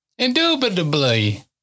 Indubitably